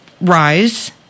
rise